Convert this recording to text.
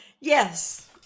Yes